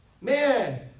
Man